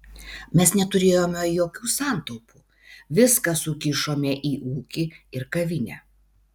mes neturėjome jokių santaupų viską sukišome į ūkį ir kavinę